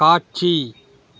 காட்சி